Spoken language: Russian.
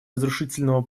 разрушительного